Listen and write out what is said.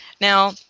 Now